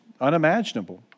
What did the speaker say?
unimaginable